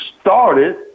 started